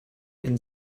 and